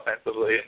offensively